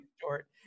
short